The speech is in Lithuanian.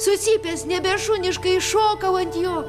sucypęs nebešuniškai šokau ant jo